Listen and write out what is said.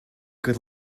good